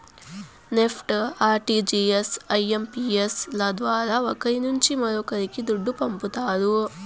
NEFT, RTGS, IMPS ల ద్వారా ఒకరి నుంచి మరొక్కరికి దుడ్డు పంపతారు